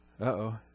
Uh-oh